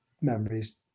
memories